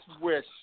wish